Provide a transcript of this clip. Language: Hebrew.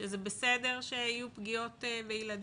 שזה בסדר שיהיו פגיעות בילדים,